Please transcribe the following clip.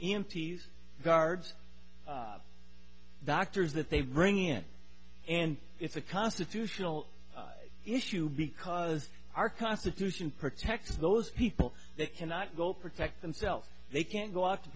empties guards doctors that they bring in and it's a constitutional issue because our constitution protects those people that cannot go protect themselves they can't go out to